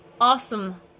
awesome